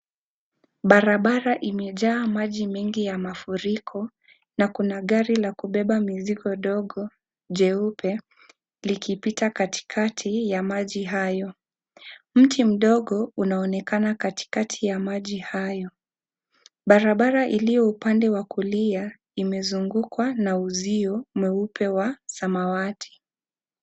Barabara imejaa maji mengi ya mafuriko. Na kuna gari la kubeba mizigo dogo jeupe likipita katikati ya maji hayo. Mti mdogo unaonekana katikati ya maji hayo. Barabara iliyo upande wa kulia imezungukwa na uzio mweupe wa samawati.